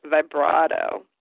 vibrato